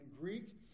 Greek